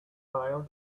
file